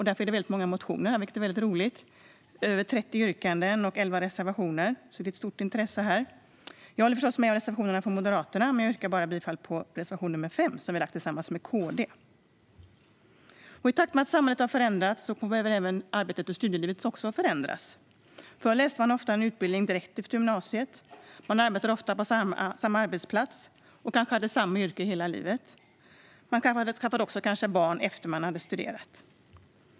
Därför är det många motioner, vilket är väldigt roligt. Betänkandet innehåller över 30 yrkanden och 11 reservationer, så det är ett stort intresse för frågan. Jag står förstås bakom alla reservationer från Moderaterna, men jag yrkar bifall bara till reservation nr 5, som vi har tillsammans med KD. I takt med att samhället har förändrats har även arbets och studielivet förändrats. Förr läste man ofta en utbildning direkt efter gymnasiet. Man arbetade ofta på samma arbetsplats och hade kanske samma yrke hela livet. Man kanske också skaffade barn efter att man hade studerat.